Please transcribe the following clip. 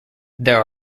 there